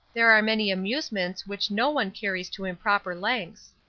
there are many amusements which no one carries to improper lengths.